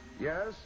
Yes